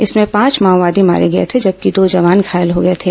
इसमें पांच माओवादी मारे गए थे जबकि दो जवान घायल हो गए थे